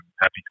Happy